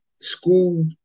school